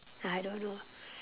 I don't know